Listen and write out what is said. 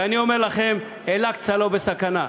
ואני אומר לכם: אל-אקצא לא בסכנה.